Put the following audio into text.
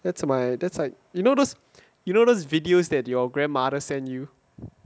that's my that's why you know those you know those videos that your grandmother send you